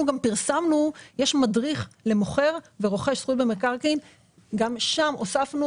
יש מדריך למוכר ורוכש וגם שם הוספנו